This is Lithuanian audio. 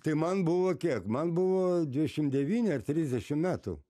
tai man buvo kiek man buvo dvidešim devyni ar trisdešim metų